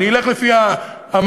אני אלך לפי המערב.